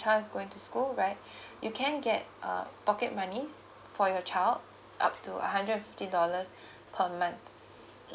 child is going to school right you can get uh pocket money for your child up to uh hundred fifty dollars per month